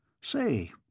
Say